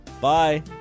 Bye